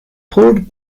pulled